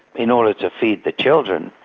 in order to feed the children.